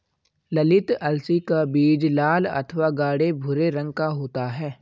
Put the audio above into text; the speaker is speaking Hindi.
ललीत अलसी का बीज लाल अथवा गाढ़े भूरे रंग का होता है